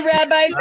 Rabbi